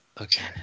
okay